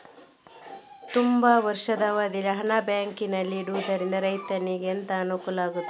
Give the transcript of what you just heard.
ತುಂಬಾ ವರ್ಷದ ಅವಧಿಯಲ್ಲಿ ಹಣ ಬ್ಯಾಂಕಿನಲ್ಲಿ ಇಡುವುದರಿಂದ ರೈತನಿಗೆ ಎಂತ ಅನುಕೂಲ ಆಗ್ತದೆ?